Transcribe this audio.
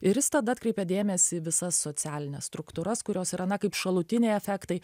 ir jis tada atkreipia dėmesį į visas socialines struktūras kurios yra na kaip šalutiniai efektai